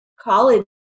college